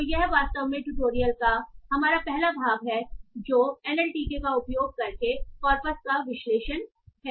तो यह वास्तव में ट्यूटोरियल का हमारा पहला भाग है जो एनएलटीके का उपयोग करके कॉर्पस का विश्लेषण है